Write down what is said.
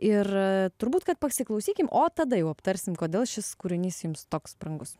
ir turbūt kad pasiklausykim o tada jau aptarsim kodėl šis kūrinys jums toks brangus